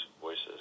voices